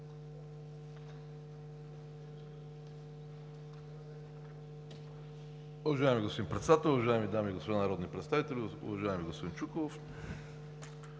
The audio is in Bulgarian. Уважаеми господин Председател, уважаеми дами и господа народни представители! Уважаеми господин Цонков,